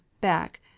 back